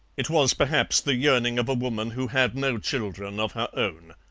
it was perhaps the yearning of a woman who had no children of her own.